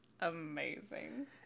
Amazing